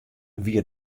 wie